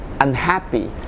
unhappy